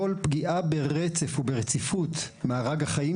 כל פגיעה ברצף או ברציפות במארג החיים